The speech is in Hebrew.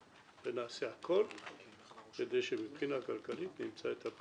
ונעשה הכול כדי שמבחינה כלכלית נמצא את הפתרונות הנדרשים.